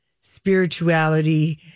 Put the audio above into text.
spirituality